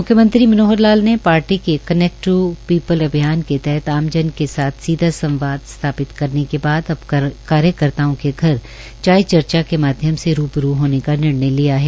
हरियाणा के म्ख्यमंत्री मनोहर लाल ने पार्टी के कनैक्ट टू पीपल अभियान के तहत आमजन के साथ सीधा संवाद स्थापित करने के बाद अब कार्यकर्ताओं के घर चार चर्चा के माध्यम से रूबरू होने का निर्णय लिया है